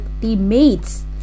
teammates